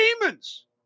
demons